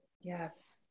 Yes